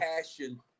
passion